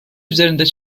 üzerinde